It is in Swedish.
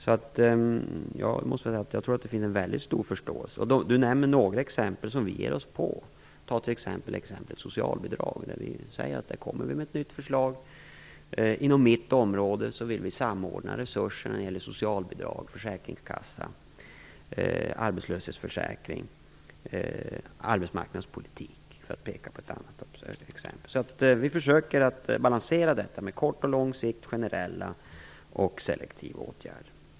Jag tror alltså att det finns en väldigt stor förståelse. Gustaf von Essen nämner några exempel på sådant som vi ger oss på. I fråga om socialbidragen säger vi exempelvis att vi kommer med ett nytt förslag. Inom mitt område vill vi samordna resurser när det gäller socialbidrag, försäkringskassa, arbetslöshetsförsäkring och arbetsmarknadspolitik. Vi försöker alltså att balansera detta med med åtgärder på kort och lång sikt och detta med generella och selektiva åtgärder.